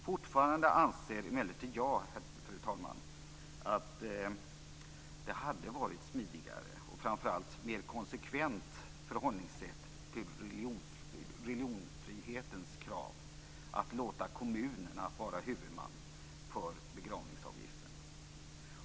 Fortfarande anser jag emellertid, fru talman, att det hade varit ett smidigare och framför allt ett mer konsekvent förhållningssätt till religionsfrihetens krav att låta kommunerna vara huvudmän för begravningsavgiften.